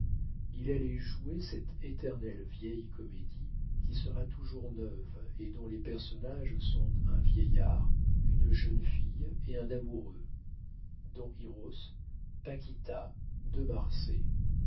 il allait jouer cette éternelle vieille comédie qui sera toujours neuve et dont les personnages sont un vieillard une jeune fille et un amoureux don hijos paquita de marsay